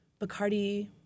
Bacardi